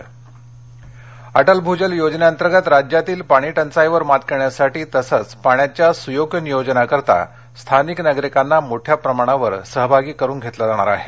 भजल अ िक्रि भूजल योजनेअंतर्गत राज्यातील पाणी क्रिई वर मात करण्यासाठी तसंच पाण्याच्या सुयोग्य नियोजनासाठी स्थानिक नागरिकांना मोठ्या प्रमाणावर सहभागी करून घेतलं जाणार आहे